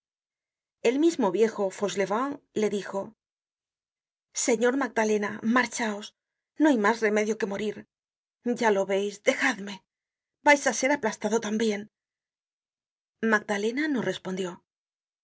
el misino viejo fauchelevent le dijo señor magdalena marchaos no hay mas remedio que morir ya lo veis dejadme vais í skr aplastado tambien magdalena no respondió